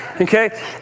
Okay